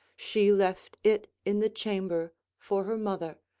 she left it in the chamber for her mother,